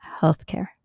Healthcare